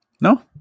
No